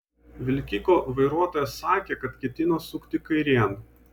vilkiko vairuotojas sakė kad ketino sukti kairėn